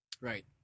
Right